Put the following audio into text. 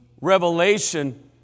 revelation